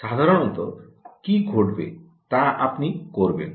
সাধারণত কি ঘটবে তা আপনি করবেন